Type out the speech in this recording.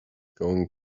going